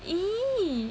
!ee!